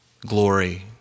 glory